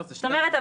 זאת אומרת,